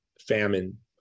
famine